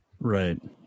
Right